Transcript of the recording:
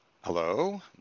Hello